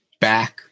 back